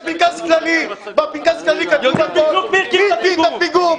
יש פנקס כללי ובו כתוב על תקינות הפיגום.